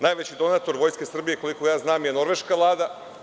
Najveći donator Vojske Srbije, koliko znam, je norveška Vlada.